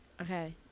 Okay